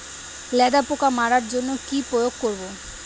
লেদা পোকা মারার জন্য কি প্রয়োগ করব?